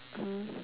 mmhmm